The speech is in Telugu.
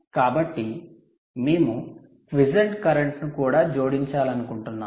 కాబట్టి మేము క్విసెంట్ కరెంట్ quiescent current ను కూడా జోడించాలనుకుంటున్నాము